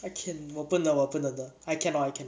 I can~ 我不能我不能的 I cannot I cannot